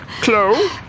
Clo